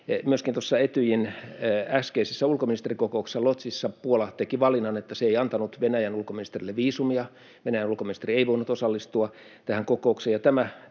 Myöskin tuossa Etyjin äskeisessä ulkoministerikokouksessa Łódźissa Puola teki valinnan, että se ei antanut Venäjän ulkoministerille viisumia. Venäjän ulkoministeri ei voinut osallistua tähän kokoukseen,